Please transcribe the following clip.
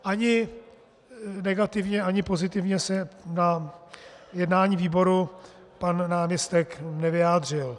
Ani negativně, ani pozitivně se na jednání výboru pan náměstek nevyjádřil.